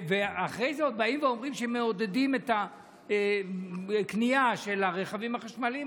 ואחרי זה עוד באים ואומרים שמעודדים את הקנייה של הרכבים החשמליים,